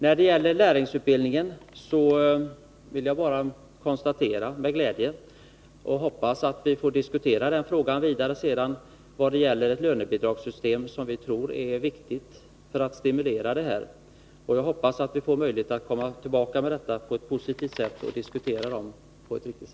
När det gäller lärlingsutbildningen vill jag bara uttala min glädje. Jag hoppas att vi får diskutera den frågan vidare på ett positivt sätt i vad gäller ett lönebidragssystem, vilket vi tror är väsentligt som en stimulans.